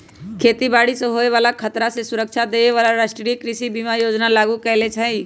खेती बाड़ी से होय बला खतरा से सुरक्षा देबे लागी राष्ट्रीय कृषि बीमा योजना लागू कएले हइ